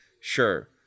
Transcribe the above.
sure